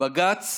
בג"ץ